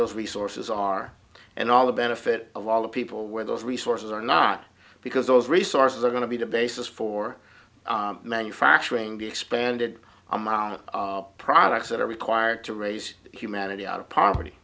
those resources are and all the benefit of all the people where those resources are not because those resources are going to be the basis for manufacturing the expanded amount of products that are required to raise humanity out of poverty